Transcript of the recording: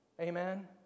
Amen